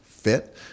fit